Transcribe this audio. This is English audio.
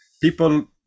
people